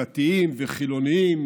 דתיים וחילונים,